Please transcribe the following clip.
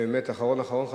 באמת אחרון אחרון חביב.